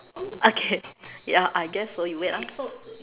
okay ya I guess so you wait ah so